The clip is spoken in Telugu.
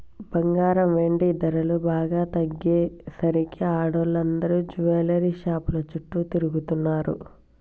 బంగారం, వెండి ధరలు బాగా తగ్గేసరికి ఆడోళ్ళందరూ జువెల్లరీ షాపుల చుట్టూ తిరుగుతున్నరు